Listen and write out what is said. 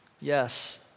Yes